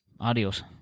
adios